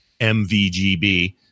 mvgb